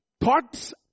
Thoughts